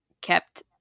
kept